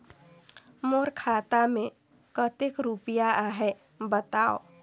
मोर खाता मे कतेक रुपिया आहे बताव?